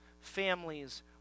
families